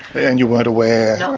and you weren't aware? no,